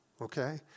Okay